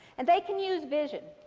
and they can use vision.